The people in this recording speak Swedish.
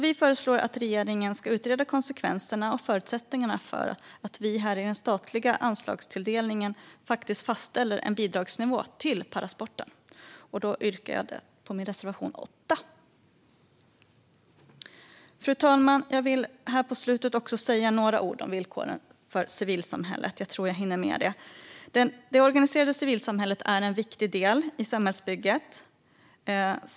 Vi föreslår att regeringen ska utreda konsekvenser av och förutsättningar för att vi i den statliga anslagstilldelningen fastställer en bidragsnivå till parasporten. Jag yrkar bifall till min reservation 8. Fru talman! Jag vill här på slutet också säga några ord om villkoren för civilsamhället. Jag tror att jag hinner med det. Det organiserade civilsamhället är en viktig del i samhällsbygget.